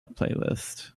playlist